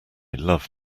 love